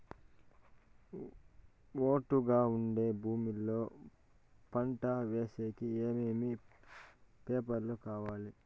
ఒట్టుగా ఉండే భూమి లో పంట వేసేకి ఏమేమి పేపర్లు కావాలి?